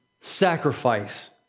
sacrifice